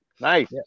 Nice